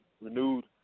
renewed